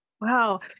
Wow